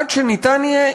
עד שניתן יהיה,